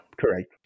correct